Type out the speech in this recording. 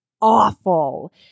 awful